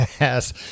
yes